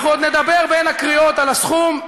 אנחנו עוד נדבר בין הקריאות על הסכום.